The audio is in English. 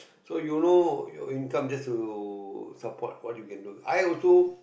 so you know your income just to support what you can do I also